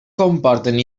comporten